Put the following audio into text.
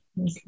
Okay